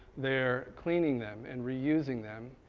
they're cleaning them and reusing them,